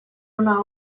una